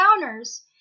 encounters